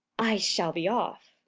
i shall be off.